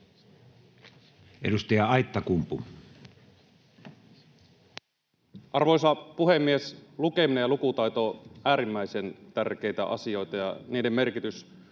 14:09 Content: Arvoisa puhemies! Lukeminen ja lukutaito ovat äärimmäisen tärkeitä asioita, ja niiden merkitys